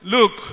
Look